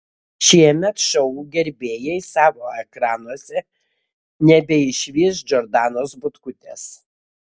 šiemet šou gerbėjai savo ekranuose nebeišvys džordanos butkutės